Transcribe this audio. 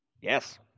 Yes